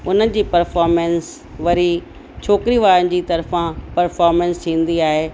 उन्हनि जी पर्फ़ोरमंस वरी छोकिरी वारनि जी तर्फ़ां पर्फ़ोरमंस थींदी आहे